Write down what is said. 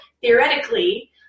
theoretically